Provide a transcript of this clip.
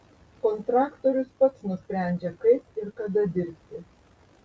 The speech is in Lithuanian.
kontraktorius pats nusprendžia kaip ir kada dirbti